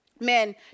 men